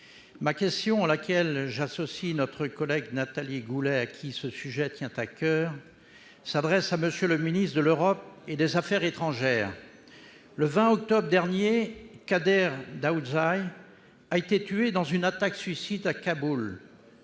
ma question, à laquelle j'associe notre collègue Nathalie Goulet, à qui ce sujet tient à coeur, s'adresse à M. le ministre de l'Europe et des affaires étrangères. Le 20 octobre dernier, Qader Daoudzai a été tué dans une attaque suicide à Kaboul.